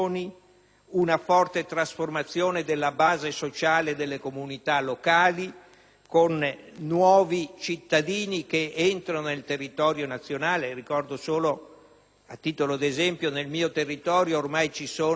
alla forte trasformazione della base sociale delle comunità locali, con nuovi cittadini che entrano nel territorio nazionale. Ricordo, solo a titolo di esempio, che nel mio territorio ci sono